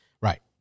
right